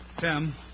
Tim